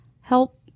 help